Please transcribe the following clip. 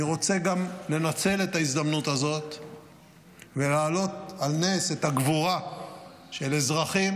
אני רוצה גם לנצל את ההזדמנות הזאת ולהעלות על נס את הגבורה של אזרחים,